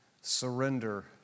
surrender